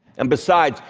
and besides,